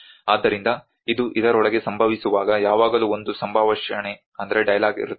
ಆದ್ದರಿಂದ ಇದು ಇದರೊಳಗೆ ಸಂಭವಿಸುವಾಗ ಯಾವಾಗಲೂ ಒಂದು ಸಂಭಾಷಣೆ ಇರುತ್ತದೆ ಇದರೊಳಗೆ ಒಂದು ಅಂತರವಿರುತ್ತದೆ